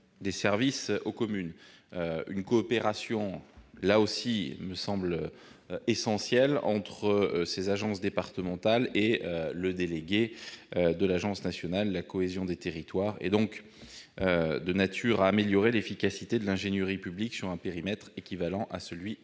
des services aux communes. Une coopération entre ces agences départementales et le délégué de l'agence nationale de la cohésion des territoires me paraît de nature à améliorer l'efficacité de l'ingénierie publique sur un périmètre équivalent à celui du